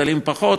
דלים פחות,